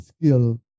skill